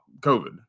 COVID